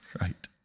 Right